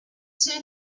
soon